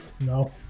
No